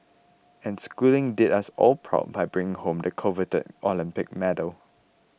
and Schooling did us all proud by bringing home the coveted Olympic medal